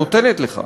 נותנת לך.